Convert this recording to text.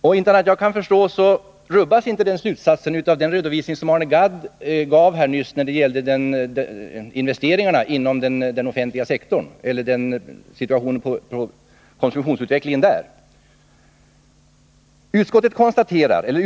Inte annat än jag kan förstå, rubbas inte den slutsatsen av den redovisning som Arne Gadd nyss gav när det gäller konsumtionsutvecklingen inom den offentliga sektorn.